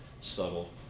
subtle